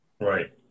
Right